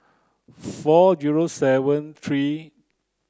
four zero seven three